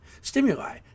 Stimuli